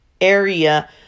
area